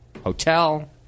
hotel